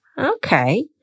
okay